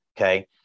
Okay